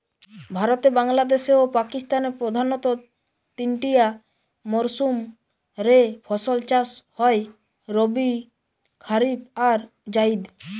ভারতে, বাংলাদেশে ও পাকিস্তানে প্রধানতঃ তিনটিয়া মরসুম রে ফসল চাষ হয় রবি, কারিফ আর জাইদ